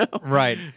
right